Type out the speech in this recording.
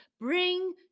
bring